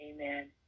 Amen